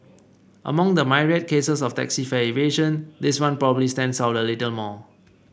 among the myriad cases of taxi fare evasion this one probably stands out a little more